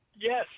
Yes